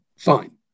Fine